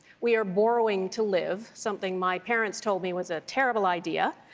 we're borrowing to live. something my parents told me was a terrible idea.